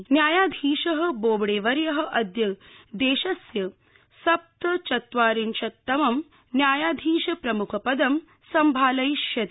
बोबड़े न्यायाधीशः बोबड़ेवर्यः अद्य देशस्य सप्तचत्वारिंशत्तमं न्यायाधीशप्रमुखपदम् सम्भालयिष्यति